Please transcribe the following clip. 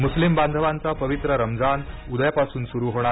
मुस्लिम बांधवांचा पवित्र रमजान उद्यापासून सुरू होणार